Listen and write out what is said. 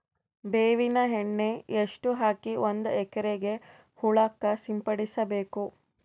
ಬೇವಿನ ಎಣ್ಣೆ ಎಷ್ಟು ಹಾಕಿ ಒಂದ ಎಕರೆಗೆ ಹೊಳಕ್ಕ ಸಿಂಪಡಸಬೇಕು?